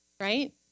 Right